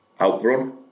Outrun